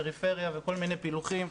פריפריה וכל מיני פילוחים.